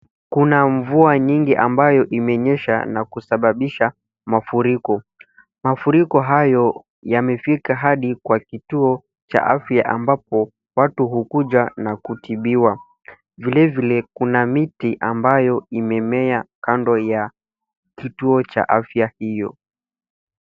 Kuna mvua nyingi ambayo imenyesha na kusababisha mafuriko. Mafuriko hayo yamefika hadi kwa kituo cha afya ambapo watu hukuja na kutibiwa.